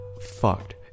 fucked